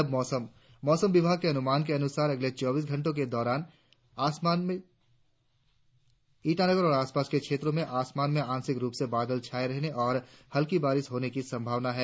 और अब मौसम मौसम विभाग के अनुमान के अनुसार अगले चौबीस घंटो के दौरान ईटानगर और आसपास के क्षेत्रो में आसमान में आंशिक रुप से बादल छाये रहने और हल्की वर्षा होने की संभावना है